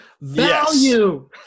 Value